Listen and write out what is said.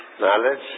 Knowledge